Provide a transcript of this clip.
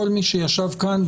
כל מי שישב כאן,